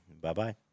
Bye-bye